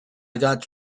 got